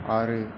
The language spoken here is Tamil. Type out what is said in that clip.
ஆறு